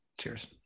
Cheers